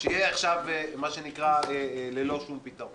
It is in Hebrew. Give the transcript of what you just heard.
שיהיה עכשיו ללא שום פתרון.